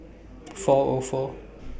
four Or four